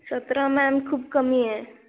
सतरा मॅम खूप कमी आहे